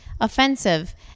offensive